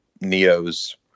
Neo's